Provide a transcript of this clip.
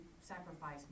sacrifice